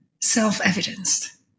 self-evidenced